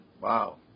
Wow